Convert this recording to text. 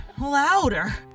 louder